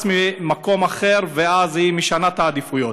ממקום אחר ואז היא משנה את העדיפויות.